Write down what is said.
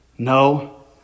No